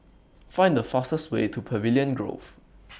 Find The fastest Way to Pavilion Grove